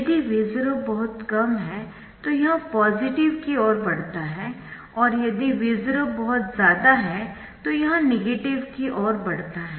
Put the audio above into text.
यदि V0 बहुत कम है तो यह पॉजिटिव की ओर बढ़ता है और यदि V0 बहुत ज्यादा है तो यह नेगेटिव की ओर बढ़ता है